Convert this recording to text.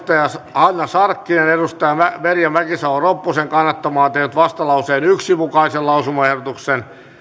hanna sarkkinen merja mäkisalo ropposen kannattamana tehnyt vastalauseen yhden mukaisen lausumaehdotuksen